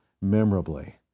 memorably